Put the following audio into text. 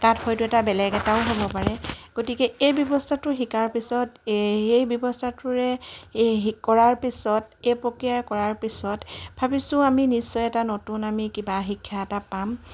তাত হয়তো এটা বেলেগ এটাও হ'ব পাৰে গতিকে এই ব্যৱস্থাটো শিকাৰ পিছত এই ব্যৱস্থাটোৰে এই কৰাৰ পিছত এই প্ৰক্ৰিয়া কৰাৰ পিছত ভাবিছোঁ আমি নিশ্চয় এটা নতুন আমি কিবা শিক্ষা এটা পাম